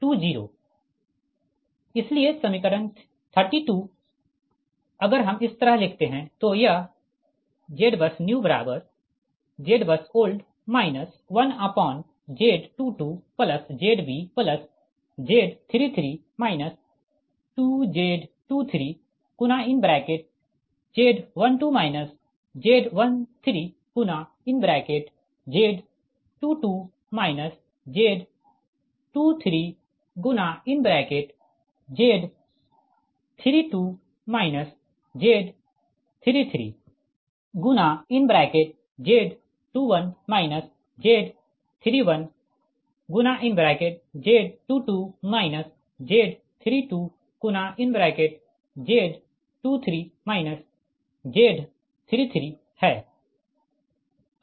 इसलिए समीकरण 32 अगर हम इस तरह लिखते है तो यह ZBUSNEWZBUSOLD 1Z22ZbZ33 2Z23 है